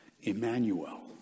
Emmanuel